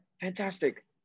Fantastic